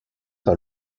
par